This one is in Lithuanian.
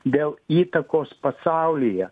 dėl įtakos pasaulyje